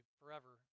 forever